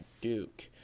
Duke